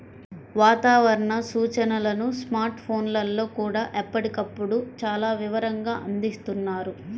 వాతావరణ సూచనలను స్మార్ట్ ఫోన్లల్లో కూడా ఎప్పటికప్పుడు చాలా వివరంగా అందిస్తున్నారు